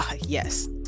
yes